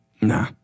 Nah